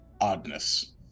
...oddness